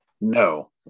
No